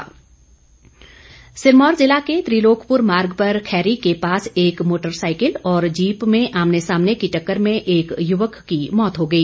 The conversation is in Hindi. दुर्घटना सिरमौर जिला के त्रिलोकपूर मार्ग पर खैरी के पास एक मोटरसाईकिल और जीप में आमने सामने की टक्कर में एक युवक की मौत हो गई